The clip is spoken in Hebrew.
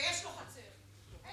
ויש לו חצר, בדקנו את זה.